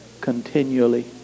continually